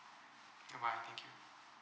goodbye thank you